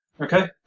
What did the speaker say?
Okay